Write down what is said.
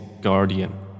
guardian